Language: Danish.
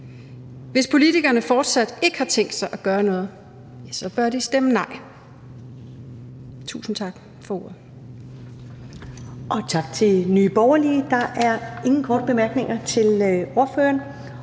Hvis politikerne fortsat ikke har tænkt sig at gøre noget, bør de stemme nej. Tusind tak for ordet.